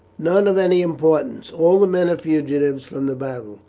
none of any importance. all the men are fugitives from the battle,